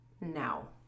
now